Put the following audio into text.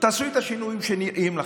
תעשו את השינויים שנראים לכם,